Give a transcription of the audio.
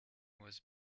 was